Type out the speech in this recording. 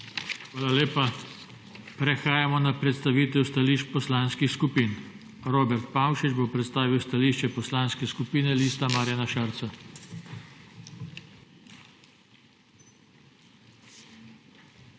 Hvala lepa. Prehajamo na predstavitev stališč poslanskih skupin. Robert Pavšič bo predstavil stališče Poslanske skupine Liste Marjana Šarca. ROBERT